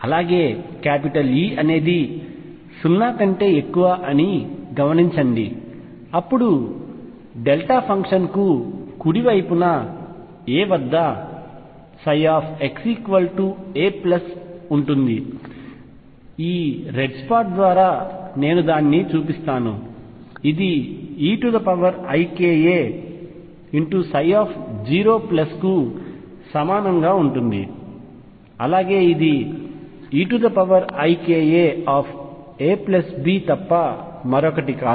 అలాగే E అనేది 0 కంటే ఎక్కువ అని గమనించండి అప్పుడు డెల్టా ఫంక్షన్కు కుడివైపున a వద్ద xaఉంది ఈ రెడ్ స్పాట్ ద్వారా నేను దానిని చూపిస్తాను ఇది eikaψ0 కు సమానంగా ఉంటుంది అలాగే ఇది eikaAB తప్ప మరొకటి కాదు